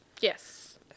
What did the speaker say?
Yes